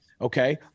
Okay